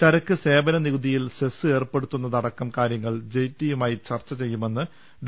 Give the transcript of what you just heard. ചരക്ക് സേവന നികുതിയിൽ സെസ്സ് ഏർപ്പെടുത്തുന്നത ടക്കം കാര്യങ്ങൾ ജയ്റ്റ്ലിയുമായി ചർച്ച ചെയ്യുമെന്ന് ഡോ